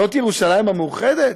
זאת ירושלים המאוחדת?